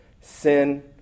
sin